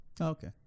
Okay